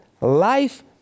life